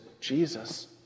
Jesus